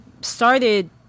started